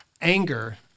anger